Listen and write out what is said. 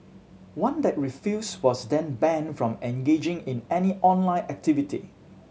one that refused was then banned from engaging in any online activity